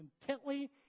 intently